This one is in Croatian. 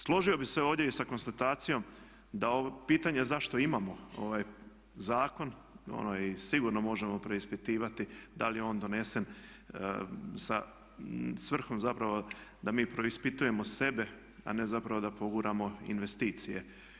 Složio bih se ovdje i sa konstatacijom da pitanje zašto imamo ovaj zakon i sigurno možemo preispitivati da li je on donesen sa svrhom zapravo da mi preispitujemo sebe a ne zapravo da poguramo investicije.